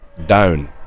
Down